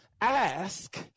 ask